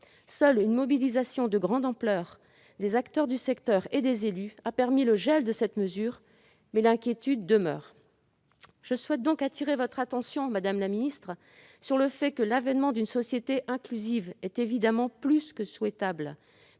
Seule une mobilisation de grande ampleur des acteurs du secteur et des élus a permis le gel de cette mesure, mais l'inquiétude demeure. Je souhaite donc attirer votre attention, madame la secrétaire d'État, sur le fait que si l'avènement d'une société inclusive est évidemment plus que souhaitable,